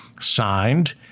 signed